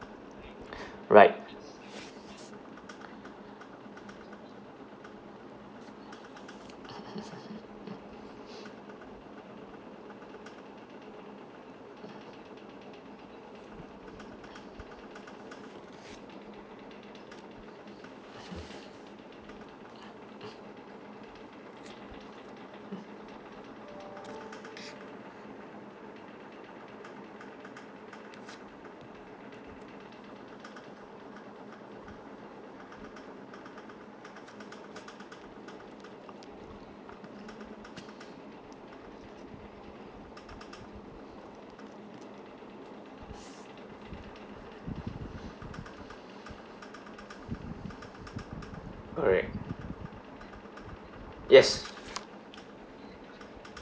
right correct yes